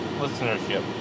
listenership